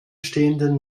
stehenden